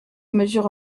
mesure